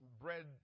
bread